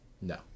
No